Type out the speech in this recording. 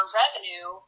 revenue